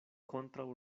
kontraŭ